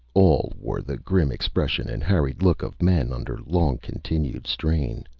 all wore the grim expression and harried look of men under long-continued strain.